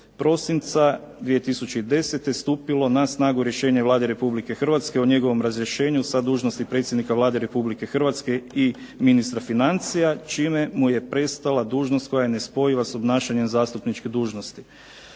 prosinca 2010. stupilo na snagu rješenje Vlade Republike Hrvatske o njegovom razrješenju sa dužnosti predsjednika Vlade Republike Hrvatske i ministra financija, čime mu je prestala dužnost koja je nespojiva s obnašanjem zastupničke dužnosti.